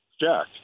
Jack